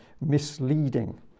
misleading